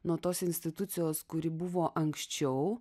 nuo tos institucijos kuri buvo anksčiau